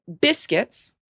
biscuits